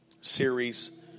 series